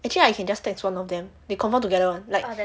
actually I can just text one of them they confirm together [one] like